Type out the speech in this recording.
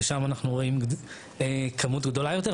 ששם אנחנו רואים כמות גדולה יותר,